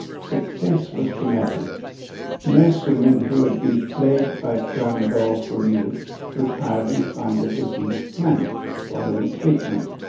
success was dramatic nurserymen who had been plagued by crown gall for years, could hardly find a diseased plant following treatment.